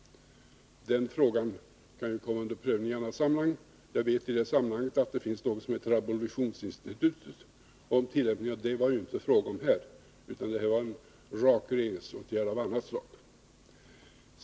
Den frågan kan prövas i annat sammanhang. Jag vet att det finns något som heter abolitionsinstitutet, men det var det inte fråga om här. Här gällde det en regeringsåtgärd av annat slag.